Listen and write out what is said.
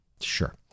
Sure